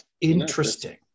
Interesting